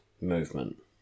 movement